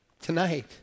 Tonight